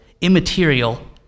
immaterial